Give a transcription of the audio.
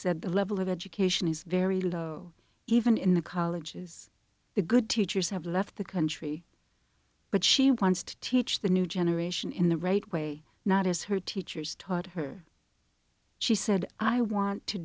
said the level of education is very little even in the colleges the good teachers have left the country but she wants to teach the new generation in the right way not as her teachers taught her she said i want to